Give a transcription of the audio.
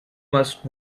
must